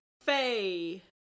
Faye